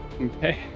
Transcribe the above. okay